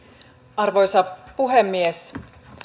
arvoisa puhemies